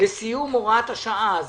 לסיום הוראת השעה הזאת.